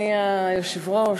אדוני היושב-ראש,